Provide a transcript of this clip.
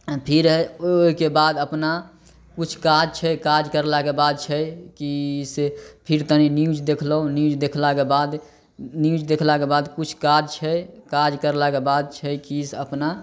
फिर ओहिके बाद अपना किछु काज छै काज कयलाके बाद छै कि से फिर तनि न्यूज देखलहुॅं न्यूज देखलाके बाद न्यूज देखलाके बाद किछु काज छै काज कयलाक बाद छै कि से अपना